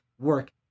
work